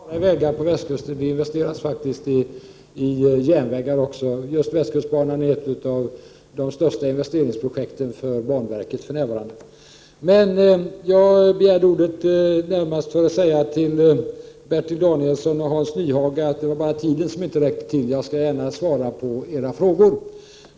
Herr talman! Det investeras inte bara i vägar på västkusten utan faktiskt också i järnvägar. Just västkustbanan är för närvarande ett av de största investeringsprojekten för banverket. Jag begärde ordet närmast för att säga till Bertil Danielsson och Hans Nyhage att det bara var tiden som inte räckte till. Jag skall gärna svara på era frågor.